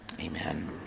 Amen